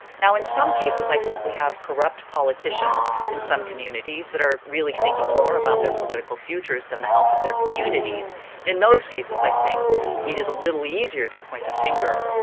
now, in some cases, i think we have corrupt politicians in some communities that are really thinking more about their political futures than the health of their communities. and in those cases, i think it is a little easier to point a finger.